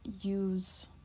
use